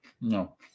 No